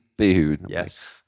Yes